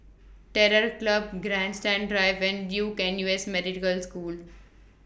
Terror Club Grandstand Drive and Duke N U S Medical School